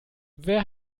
wer